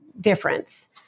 difference